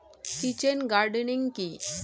Kitchen gardening কি?